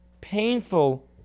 painful